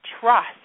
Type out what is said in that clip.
Trust